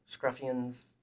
scruffians